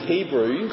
Hebrew